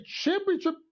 championship